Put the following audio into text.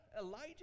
Elijah